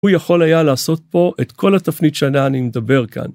הוא יכול היה לעשות פה את כל התפנית שעליה אני מדבר כאן.